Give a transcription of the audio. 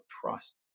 trust